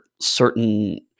certain